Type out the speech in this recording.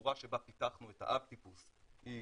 התצורה שבה פיתחנו את אב הטיפוס היא